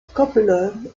copeland